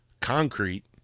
concrete